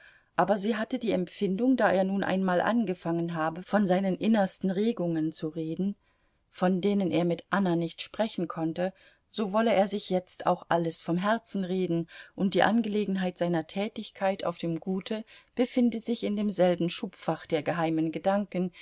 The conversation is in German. aber sie hatte die empfindung da er nun einmal angefangen habe von seinen innersten regungen zu reden von denen er mit anna nicht sprechen konnte so wolle er sich jetzt auch alles vom herzen reden und die angelegenheit seiner tätigkeit auf dem gute befinde sich in demselben schubfach der geheimen gedanken